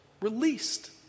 released